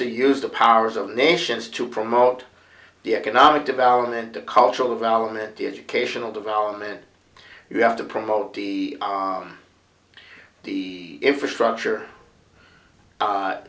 to use the powers of the nations to promote the economic development the cultural development the educational development you have to promote the the infrastructure